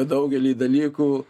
daugelį dalykų